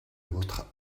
votre